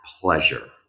pleasure